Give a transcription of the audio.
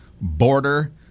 border